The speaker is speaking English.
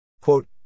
quote